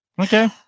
Okay